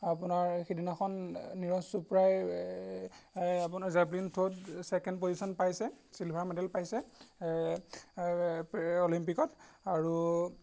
আপোনাৰ সিদিনাখন নীৰজ চোপ্ৰাই এই আপোনাৰ জেবলিন থ্ৰোত ছেকেণ্ড পজিশ্যন পাইছে চিলভাৰ মেডেল পাইছে এই অলিম্পিকত আৰু